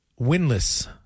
winless